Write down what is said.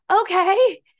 Okay